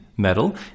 metal